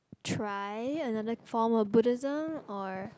try another form of Buddhism or